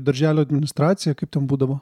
darželio administraciją kaip ten būdavo